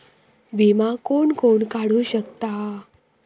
विमा कोण कोण काढू शकता?